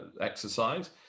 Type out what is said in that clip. exercise